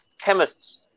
chemists